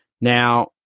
Now